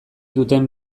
duten